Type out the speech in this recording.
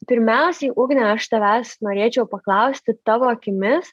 pirmiausiai ugne aš tavęs norėčiau paklausti tavo akimis